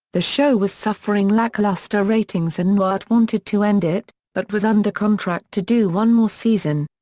the show was suffering lackluster ratings and newhart wanted to end it, but was under contract to do one more season.